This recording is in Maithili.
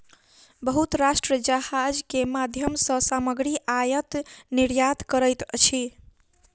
बहुत राष्ट्र जहाज के माध्यम सॅ सामग्री आयत निर्यात करैत अछि